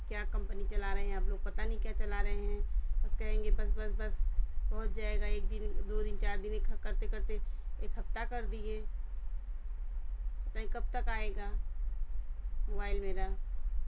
کیا کمپنی چلا رہے ہیں آپ لوگ پتا نہیں کیا چلا رہے ہیں بس کہیں گے بس بس بس پہنچ جائے گا ایک دن دو دن چار دن ایک کرتے کرتے ایک ہفتہ کر دیے پتا کب تک آئے گا موبائل میرا